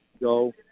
go